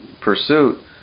pursuit